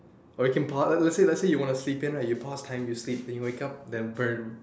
or you can pau~ let's say let's say you want to sleep in right you pause time you sleep you wake up then burn